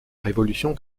révolution